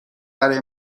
برای